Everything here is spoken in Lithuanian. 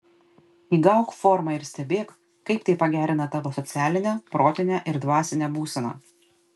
įgauk formą ir stebėk kaip tai pagerina tavo socialinę protinę ir dvasinę būseną